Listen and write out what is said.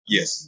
Yes